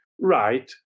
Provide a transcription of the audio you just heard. right